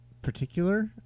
particular